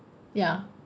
ya